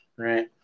right